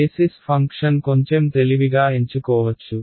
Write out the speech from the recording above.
basis function కొంచెం తెలివిగా ఎంచుకోవచ్చు